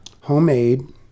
homemade